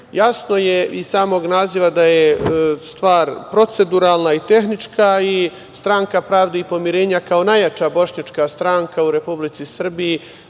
je iz samog naziva da je stvar proceduralna i tehnička, i Stranka pravde i pomirenja, kao najjača bošnjačka stranka u Republici Srbiji